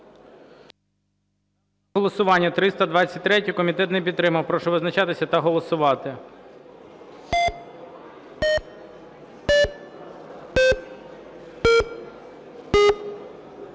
голосування 324-у. Комітет не підтримав. Прошу визначатися та голосувати.